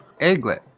Egglet